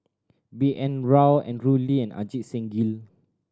B N Rao Andrew Lee and Ajit Singh Gill